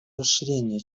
расширения